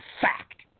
fact